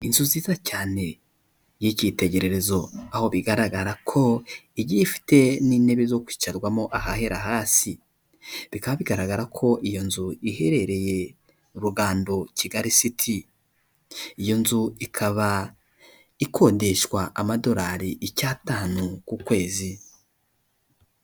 Inzu nziza cyane y'ikitegererezo aho bigaragara ko igiye ifite n'intebe zo kwicarwamo, ahahera hasi bikaba bigaragara ko iyo nzu iherereye rugando kigali siti iyo nzu ikaba ikodeshwa amadorari icyatanu ku kwezi.